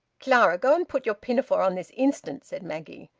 clara, go and put your pinafore on this instant! said maggie.